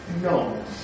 No